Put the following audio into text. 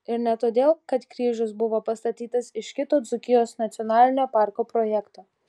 ir ne todėl kad kryžius buvo pastatytas iš kito dzūkijos nacionalinio parko projekto